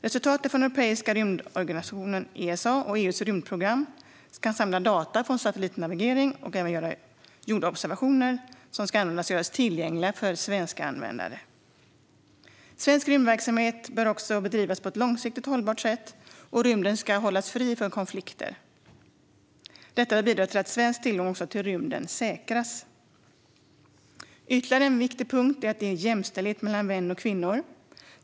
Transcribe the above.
Resultaten från Europeiska rymdorganisationen, Esa, och EU:s rymdprogram, såsom data från satellitnavigering och jordobservationer, ska göras tillgängliga för svenska användare. Svensk rymdverksamhet bör också bedrivas på ett långsiktigt hållbart sätt, och rymden ska hållas fri från konflikter. Detta bör bidra till att svensk tillgång till rymden säkras. En annan viktig punkt är jämställdhet mellan män och kvinnor.